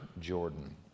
Jordan